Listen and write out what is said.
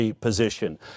position